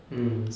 mm